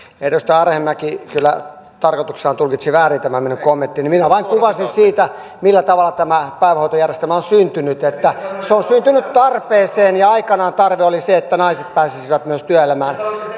edustaja arhinmäki kyllä tarkoituksella tulkitsi väärin tämän minun kommenttini minä vain kuvasin sitä millä tavalla tämä päivähoitojärjestelmä on syntynyt että se on syntynyt tarpeeseen ja aikanaan tarve oli se että naiset pääsisivät myös työelämään